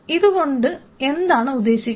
ഇതുകൊണ്ട് എന്താണ് ഉദ്ദേശിക്കുന്നത്